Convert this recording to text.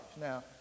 Now